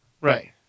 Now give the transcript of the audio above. right